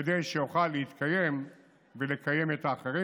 כדי שיוכל להתקיים ולקיים את האחרים.